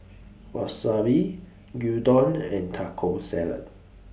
Wasabi Gyudon and Taco Salad